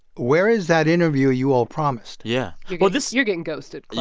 where is that interview you all promised? yeah. yeah well this. you're getting ghosted,